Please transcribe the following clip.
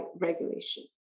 regulation